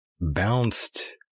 bounced